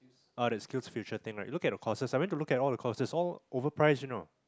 uh SkillsFuture thing right you look at the courses I went to look at all the courses all overpriced you know